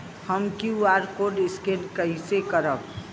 हम QR code scan कइसे करब?